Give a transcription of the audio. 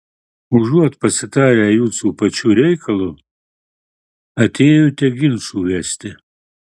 užuot pasitarę jūsų pačių reikalu atėjote ginčų vesti